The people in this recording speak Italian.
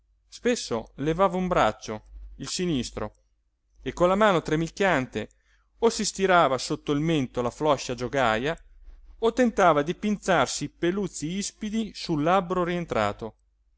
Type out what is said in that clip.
spesso levava un braccio il sinistro e con la mano tremicchiante o si stirava sotto il mento la floscia giogaja o tentava di pinzarsi i peluzzi ispidi sul labbro rientrato